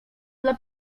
dla